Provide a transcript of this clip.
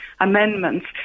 amendments